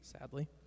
sadly